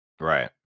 Right